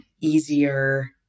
easier